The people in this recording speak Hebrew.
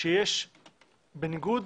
שבניגוד